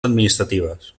administratives